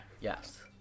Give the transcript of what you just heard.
yes